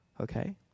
okay